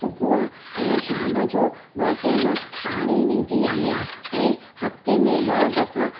सुबुह ऐं शाम जो ॿ टेम पाणी ॾींदी आहियां ऐं हफ़्ते में ॿ दफ़ा